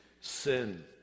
sin